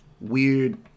weird